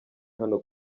hano